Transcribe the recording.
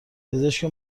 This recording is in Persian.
پزشک